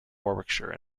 warwickshire